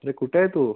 अरे कुठं आहे तू